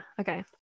okay